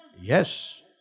Yes